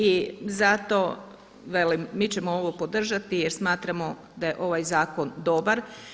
I zato velim mi ćemo ovo podržati jer smatramo da je ovaj zakon dobar.